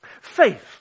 Faith